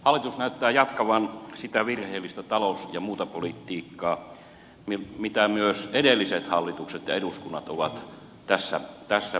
hallitus näyttää jatkavan sitä virheellistä talous ja muuta politiikkaa mitä myös edelliset hallitukset ja eduskunnat ovat tässä maassa tehneet